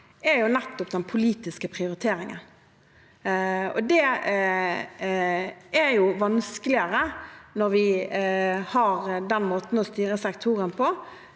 er nettopp den politiske prioriteringen. Det er jo vanskeligere når vi har denne måten å styre sektoren på,